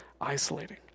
isolating